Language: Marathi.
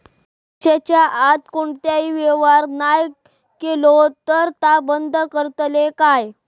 एक वर्षाच्या आत कोणतोही व्यवहार नाय केलो तर ता बंद करतले काय?